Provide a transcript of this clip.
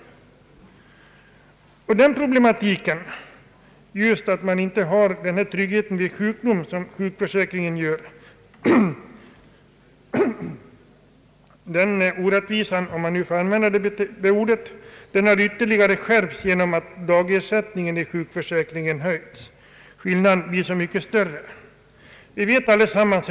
Just den problematiken att man inte har den trygghet vid sjukdom som sjukförsäkringen ger, den orättvisan — om man får använda det ordet — har ytterligare skärpts genom att dagersättningen inom sjukförsäkringen höjts. Skillnaden mellan företagare och andra grupper blir därigenom så mycket större.